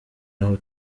aho